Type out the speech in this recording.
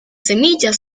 semillas